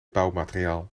bouwmateriaal